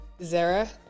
Zara